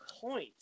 point